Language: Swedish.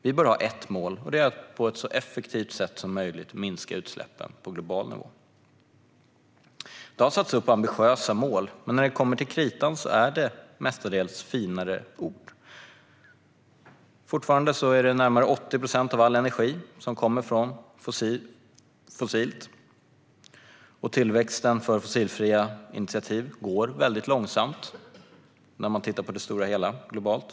Vi bör ha ett mål, och det är att på ett så effektivt sätt som möjligt minska utsläppen på global nivå. Det har satts upp ambitiösa mål, men när det kommer till kritan är det mest fina ord. Fortfarande är närmare 80 procent av all energi fossil, och tillväxten för fossilfria initiativ går mycket långsamt i det stora hela globalt.